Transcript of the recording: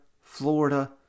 Florida